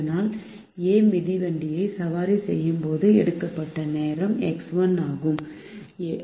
இதனால் A மிதிவண்டியை சவாரி செய்யும் போது எடுக்கப்பட்ட நேரம் X1 ஆகும் 7